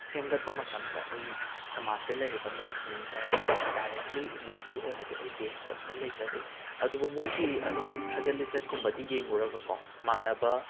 ꯁꯦꯝꯒꯠꯄ ꯃꯇꯝꯗ ꯑꯩ ꯁꯃꯥꯁꯦ ꯂꯩꯔꯤꯕ ꯃꯤꯁꯤꯡꯗ ꯗꯥꯏꯔꯦꯛꯂꯤ ꯏꯟꯗꯤꯕꯤꯖꯨꯋꯦꯜ ꯑꯣꯏꯅꯗꯤ ꯑꯩ ꯕꯦꯁ ꯇꯧꯕꯗꯤ ꯂꯩꯖꯗꯦ ꯑꯗꯨꯕꯨ ꯃꯣꯏꯒꯤ ꯑꯗꯨꯝ ꯁꯥꯖꯠ ꯂꯤꯆꯠꯀꯨꯝꯕꯗꯤ ꯌꯦꯡꯉꯨꯔꯒꯀꯣ ꯃꯥꯟꯅꯕ